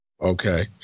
Okay